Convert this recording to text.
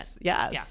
yes